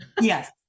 Yes